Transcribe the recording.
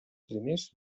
primers